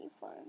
fun